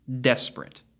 desperate